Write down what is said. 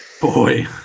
Boy